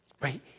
right